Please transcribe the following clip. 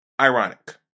ironic